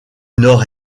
nord